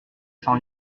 sans